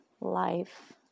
life